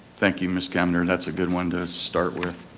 thank you miss kemner, and that's a good one to start with.